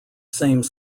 same